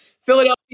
Philadelphia